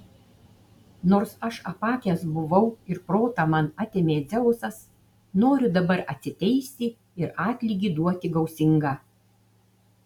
nors aš apakęs buvau ir protą man atėmė dzeusas noriu dabar atsiteisti ir atlygį duoti gausingą